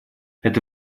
это